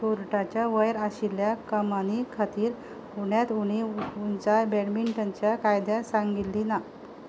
कोर्टाच्या वयर आशिल्ल्या कमानी खातीर उण्यांत उणी उंचाय बॅडमिंटनच्या कायद्या सांगिल्ली ना